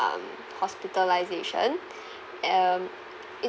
um hospitalisation um it's